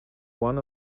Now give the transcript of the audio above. one